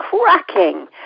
cracking